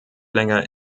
länger